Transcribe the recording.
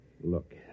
Look